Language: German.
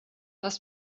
was